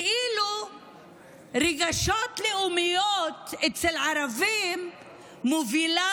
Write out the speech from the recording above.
כאילו רגשות לאומיים אצל ערבים מובילים